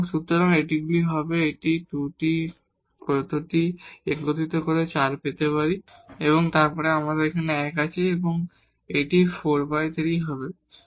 সুতরাং এগুলি হবে তাই এখানে আমরা এই 2 টি টার্মকে একত্রিত করে এই 4 পেতে পারি এবং তারপরে আপনার যেখানে 1 আছে এবং এটি 43 হবে